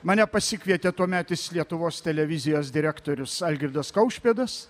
mane pasikvietė tuometis lietuvos televizijos direktorius algirdas kaušpėdas